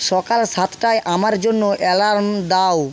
সকাল সাতটায় আমার জন্য অ্যালার্ম দাও